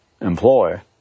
employ